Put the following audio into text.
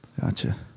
Gotcha